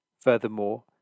Furthermore